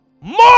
More